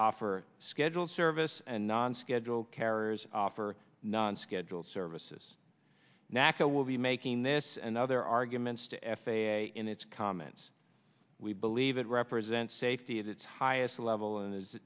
offer schedules service and non schedule carers for non scheduled services natca will be making this and other arguments to f a a in its comments we believe it represents safety at its highest level and is